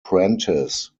prentice